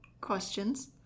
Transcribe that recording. questions